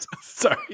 Sorry